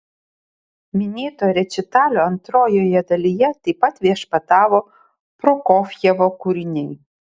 minėto rečitalio antrojoje dalyje taip pat viešpatavo prokofjevo kūriniai